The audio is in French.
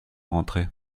rentrer